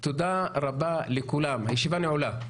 תודה רבה לכולם, הישיבה נעולה.